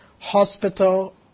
hospital